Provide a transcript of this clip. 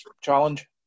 challenge